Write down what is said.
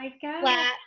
flat